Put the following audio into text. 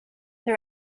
her